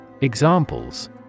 Examples